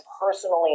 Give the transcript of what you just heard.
personally